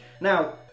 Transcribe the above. Now